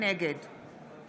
נגד